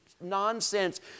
nonsense